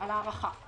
על ההארכה.